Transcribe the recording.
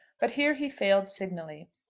but here he failed signally.